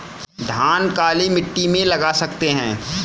धान काली मिट्टी में लगा सकते हैं?